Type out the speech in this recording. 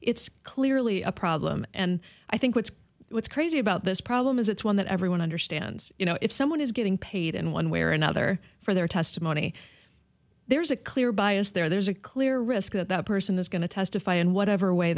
it's clearly a problem and i think what's what's crazy about this problem is it's one that everyone understands you know if someone is getting paid in one way or another for their testimony there's a clear bias there there's a clear risk that that person is going to testify in whatever way